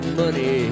money